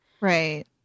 right